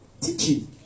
Teaching